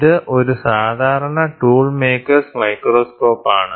ഇത് ഒരു സാധാരണ ടൂൾ മേക്കേഴ്സ് മൈക്രോസ്കോപ്പാണ് Tool Maker's Microscope